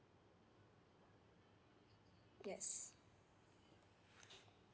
yes